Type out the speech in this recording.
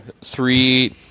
three